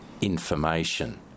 information